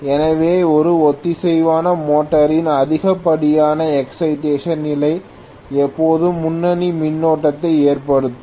எனவே ஒரு ஒத்திசைவான மோட்டரின் அதிகப்படியான எக்சைடேஷன் நிலை எப்போதும் முன்னணி மின்னோட்டத்தை ஏற்படுத்தும்